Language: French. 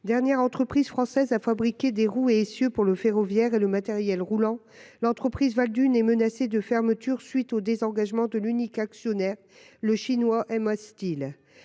Dernière entreprise française à fabriquer des roues et des essieux pour le ferroviaire et le matériel roulant, l’entreprise Valdunes est menacée de fermeture à la suite du désengagement de son unique actionnaire, le chinois MA Steel.